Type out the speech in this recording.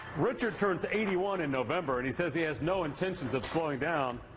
richard turns eighty one in november. and he says he has no intentions of slowing down.